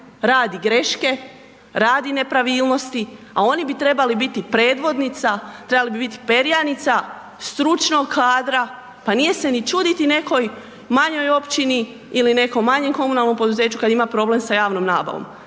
radi greške, radi nepravilnosti a oni bi trebali biti predvodnica, trebali bi biti perjanica stručnog kadra. Pa nije se ni čuditi nekoj manjoj općini ili nekom manjem komunalnom poduzeću kada ima problem sa javnom nabavom